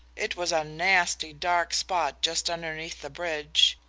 it was a nasty dark spot just underneath the bridge.